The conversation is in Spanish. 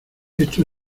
esto